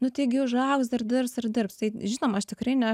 nu taigi užaugs dar dirbs ir dirbs tai žinoma aš tikrai ne